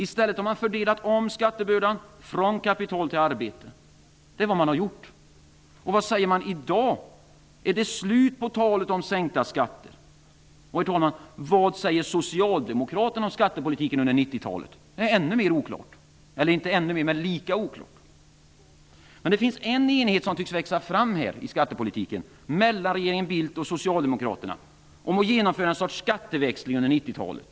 I stället har man fördelat om skattebördan från kapital till arbete. Vad säger regeringen i dag? Är det slut på talet om sänkta skatter? Vad säger socialdemokraterna om skattepolitiken under 1990-talet? Det är lika oklart. Det tycks dock växa fram en enighet mellan regeringen Bildt och Socialdemokraterna om att man skall genomföra ett slags skatteväxling under 90-talet.